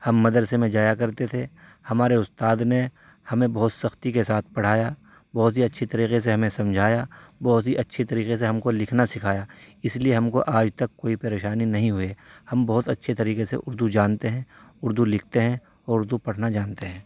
ہم مدرسے میں جایا کرتے تھے ہمارے استاد نے ہمیں بہت سختی کے ساتھ پڑھایا بہت ہی اچھے طریقے سے ہمیں سمجھایا بہت ہی اچھے طریقے سے ہم کو لکھنا سکھایا اس لیے ہم کو آج تک کوئی پریشانی نہیں ہوئے ہم بہت اچھے طریقے سے اردو جانتے ہیں اردو لکھتے ہیں اور اردو پڑھنا جانتے ہیں